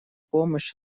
помощь